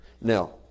Now